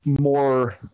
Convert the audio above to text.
more